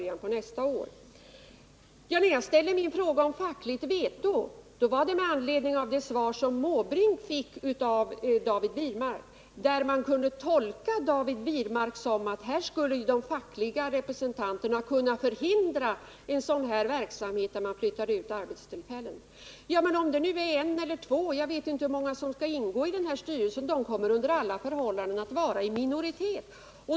Jag ställde min fråga om fackligt veto med anledning av det svar som Bertil Måbrink fick av David Wirmark och som man kunde tolka så att de fackliga representanterna skulle kunna förhindra en verksamhet där man flyttade ut arbetstillfällen. Jag vet inte hur många fackföreningsrepresentanter som skall ingå i styrelsen, om det är en eller två, men de kommer under alla förhållanden att vara i minoritet.